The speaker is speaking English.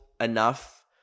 enough